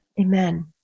Amen